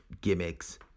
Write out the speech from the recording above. gimmicks